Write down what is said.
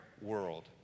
world